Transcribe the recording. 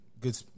good